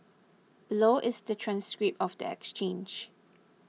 below is the transcript of the exchange